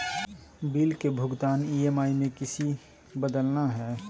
Bill के भुगतान EMI में किसी बदलना है?